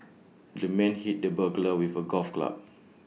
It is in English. the man hit the burglar with A golf club